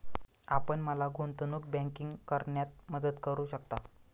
आपण मला गुंतवणूक बँकिंग करण्यात मदत करू शकता?